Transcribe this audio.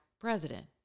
president